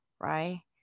right